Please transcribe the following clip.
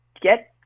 get